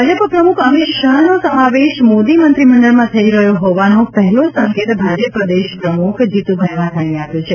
ભાજપ પ્રમુખ અમિત શાહનો સમાવેશ મોદી મંત્રીમંડળમાં થઈ રહ્યો હોવાનો પહેલો સંકેત ભાજપ પ્રદેશ પ્રમુખ જીતુભાઈ વાઘાણીએ આપ્યો છે